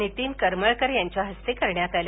नितीन करमळकर यांच्या हस्ते करण्यात आलं